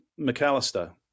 McAllister